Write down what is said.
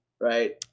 right